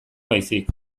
baizik